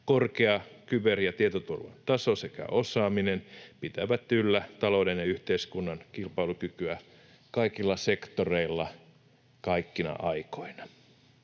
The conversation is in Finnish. Korkea kyber- ja tietoturvan taso sekä osaaminen pitävät yllä talouden ja yhteiskunnan kilpailukykyä kaikilla sektoreilla kaikkina aikoina.